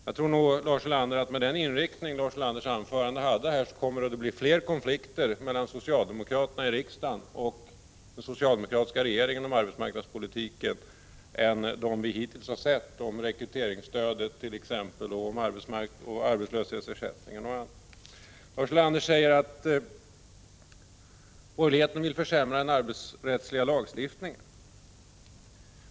Med tanke på den inriktning som Lars Ulanders anförande här hade tror jag nog att det kommer att bli fler konflikter mellan de socialdemokratiska ledamöterna i riksdagen och den socialdemokratiska regeringen när det gäller arbetsmarknadspolitiken än vi hittills har upplevt. Det gäller t.ex. rekryteringsstödet och arbetslöshetsersättningen. Lars Ulander säger att borgerligheten vill försämra den arbetsrättsliga lagstiftningen.